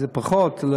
זה פחות,